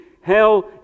hell